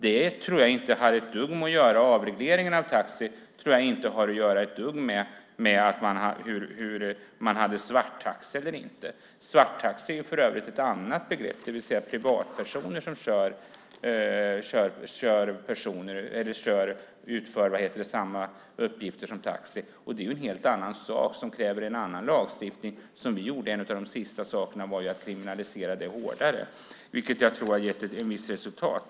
Avregleringen av taxibranschen tror jag inte har ett dugg att göra med om det fanns svarttaxi eller inte. Svarttaxi är för övrigt ett annat begrepp, det vill säga privatpersoner som utför samma uppgifter som taxi, och det är en helt annan sak som kräver en annan lagstiftning. En av de sista sakerna som vi gjorde var att se till att straffen blev hårdare, vilket jag tror har gett ett visst resultat.